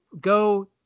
go